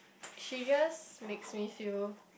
she just makes me feel